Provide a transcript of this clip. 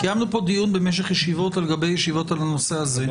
קיימנו פה דיון במשך ישיבות על גבי ישיבות על הנושא הזה,